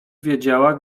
wiedziała